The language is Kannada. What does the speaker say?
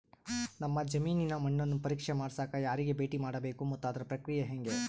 ನಮ್ಮ ಜಮೇನಿನ ಮಣ್ಣನ್ನು ಪರೇಕ್ಷೆ ಮಾಡ್ಸಕ ಯಾರಿಗೆ ಭೇಟಿ ಮಾಡಬೇಕು ಮತ್ತು ಅದರ ಪ್ರಕ್ರಿಯೆ ಹೆಂಗೆ?